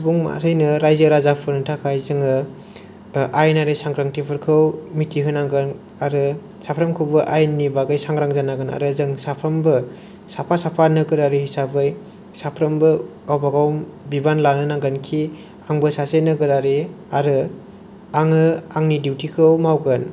सुबुं माहारिनो रायजो राजाफोरनो थाखाय जोङो आयेनारि सांग्रांथिफोरखौ मिथि होनांगोन आरो साफ्रोमखौबो आयेननि बागै सांग्रां जानांगोन आरो जों साफ्रोमबो साफा साफा नोगोरारि हिसाबै साफ्रोमबो गावबा गाव बिबान लानो नांगोनखि आंबो सासे नागोरारि आरो आङो आंनि दिउति खौ मावगोन